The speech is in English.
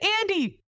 Andy